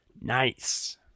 Nice